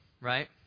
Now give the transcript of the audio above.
right